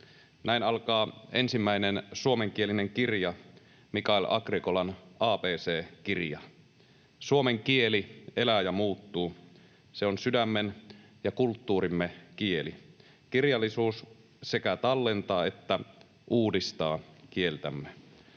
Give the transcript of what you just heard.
Näin alkaa ensimmäinen suomenkielinen kirja, Mikael Agricolan Abckiria. Suomen kieli elää ja muuttuu, se on sydämen ja kulttuurimme kieli. Kirjallisuus sekä tallentaa että uudistaa kieltämme.